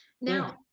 Now